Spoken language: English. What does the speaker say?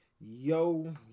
Yo